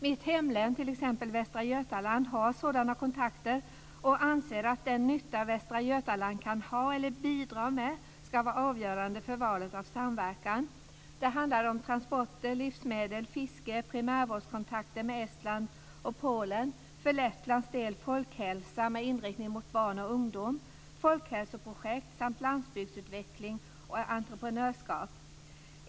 Mitt hemlän t.ex., Västra Götaland, har sådana kontakter och anser att den nytta Västra Götaland kan ha eller bidra med ska vara avgörande för valet av samverkan. Det handlar om transporter, livsmedel, fiske, primärvårdskontakter med Estland och Polen, för Lettlands del folkhälsa med inriktning mot barn och ungdom, folkhälsoprojekt samt landsbygdsutveckling och entreprenörskap.